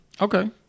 Okay